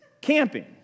camping